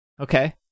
Okay